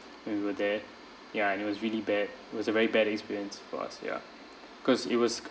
when we were there ya and it was really bad it was a very bad experience for us ya cause it was